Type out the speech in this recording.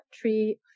tree